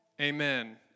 amen